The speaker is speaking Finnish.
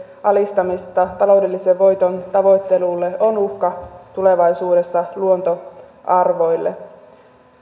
alistamisesta taloudellisen voiton tavoittelulle se on uhka tulevaisuudessa luontoarvoille